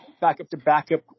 backup-to-backup